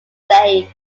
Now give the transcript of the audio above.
lake